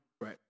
right